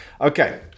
Okay